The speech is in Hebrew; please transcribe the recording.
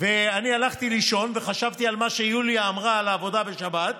אני הלכתי לישון וחשבתי על מה שיוליה אמרה על העבודה בשבת,